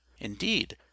indeed